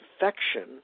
infection